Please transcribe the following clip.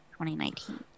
2019